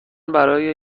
برای